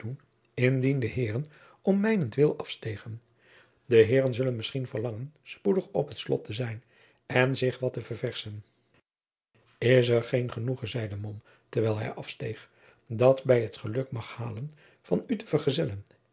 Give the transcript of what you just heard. de heeren om mijnent wil afstegen de heeren zullen misschien verlangen spoedig op het slot te zijn en zich wat te ververschen is er een genoegen zeide mom terwijl hij afsteeg dat bij het geluk mag halen van u te vergezellen